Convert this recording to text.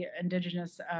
indigenous